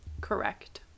Correct